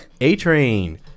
A-Train